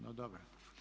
No, dobro.